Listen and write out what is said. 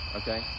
okay